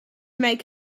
make